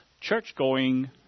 church-going